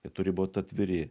jie turi būt atviri